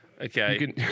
okay